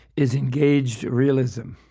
is engaged realism.